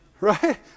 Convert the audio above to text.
right